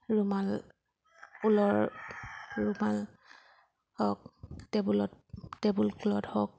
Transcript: ৰুমাল ঊলৰ ৰুমাল হওক টেবুলত টেবুল ক্লট হওক